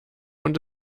und